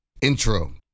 intro